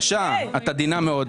את עדינה מאוד.